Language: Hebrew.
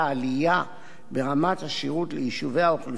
ברמת השירות ליישובי האוכלוסייה הערבית בשיעור